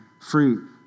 fruit